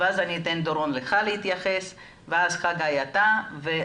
לאחר מכן דורון יתייחס ולאחריו חגי ונשמע